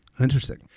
Interesting